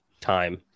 time